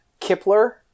Kipler